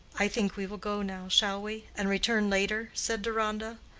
i think we will go now, shall we and return later, said deronda,